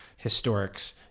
historics